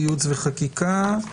בייעוץ וחקיקה,